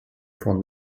from